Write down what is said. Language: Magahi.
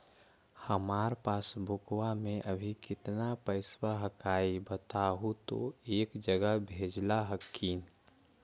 हमार पासबुकवा में अभी कितना पैसावा हक्काई बताहु तो एक जगह भेजेला हक्कई?